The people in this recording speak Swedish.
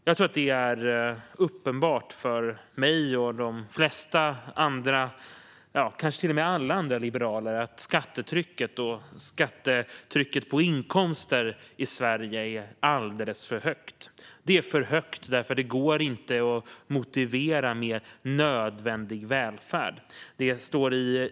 Jag tror att det är uppenbart för mig och de flesta andra liberaler, kanske till och med alla andra liberaler, att skattetrycket på inkomster i Sverige är alldeles för högt. Det är för högt därför att det inte går att motivera med nödvändig välfärd.